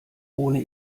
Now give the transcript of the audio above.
wohne